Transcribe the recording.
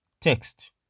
Text